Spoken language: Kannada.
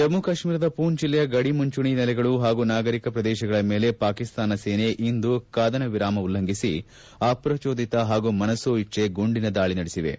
ಜಮ್ನು ಕಾಶ್ನೀರದ ಮೂಂಚ್ ಜಿಲ್ಲೆಯ ಗಡಿ ಮುಂಚೂಣಿ ನೆಲೆಗಳು ಹಾಗೂ ನಾಗರೀಕ ಪ್ರದೇಶಗಳ ಮೇಲೆ ಪಾಕಿಸ್ತಾನ ಸೇನೆ ಇಂದು ಕದನ ವಿರಾಮ ಉಲ್ಲಂಘಿಸಿ ಅಪ್ರಚೋದಿತ ಹಾಗೂ ಮನಸೋಯಿಚ್ಚೆ ಗುಂಡಿನ ದಾಳಿ ನಡೆಸಿವೆ